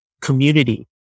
community